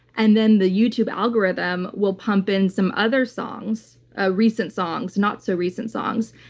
and then the youtube algorithm will pump in some other songs, ah recent songs, not so recent songs.